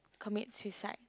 commit suicide